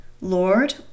Lord